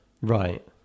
Right